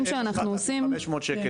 שאנחנו עושים --- יש לעולה 7,500 שקל,